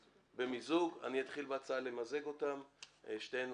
אני אתחיל בהצעה למזג את ההצעות.